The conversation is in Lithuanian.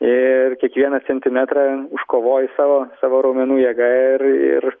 ir kiekvieną centimetrą užkovoji savo savo raumenų jėga ir ir